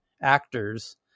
actors